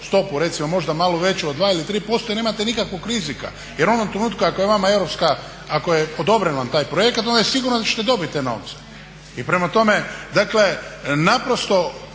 stopu recimo možda malo veću od 2 ili 3% i nemate nikakvog rizika. Jer onog trenutka ako je odobren vam taj projekt onda je sigurno da ćete dobiti te novce. Prema tome, dakle naprosto